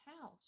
house